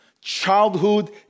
Childhood